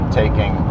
taking